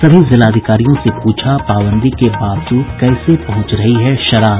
सभी जिलाधिकारियों से पूछा पाबंदी के बावजूद कैसे पहुंच रही है शराब